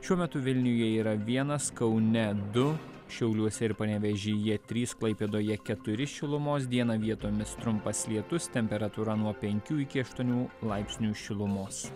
šiuo metu vilniuje yra vienas kaune du šiauliuose ir panevėžyje trys klaipėdoje keturi šilumos dieną vietomis trumpas lietus temperatūra nuo penkių iki aštuonių laipsnių šilumos